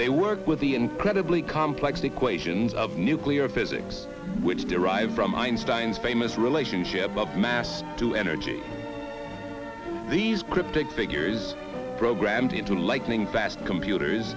they work with the incredibly complex equations of nuclear physics which derived from einstein's famous relationship of mass to energy these cryptic figures programmed into lightning fast computers